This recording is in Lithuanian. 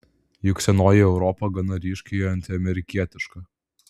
juk senoji europa gana ryškiai antiamerikietiška